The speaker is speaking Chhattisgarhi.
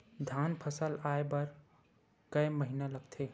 धान फसल आय बर कय महिना लगथे?